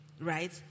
right